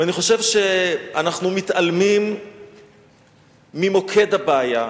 אני חושב שאנחנו מתעלמים ממוקד הבעיה,